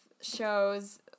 shows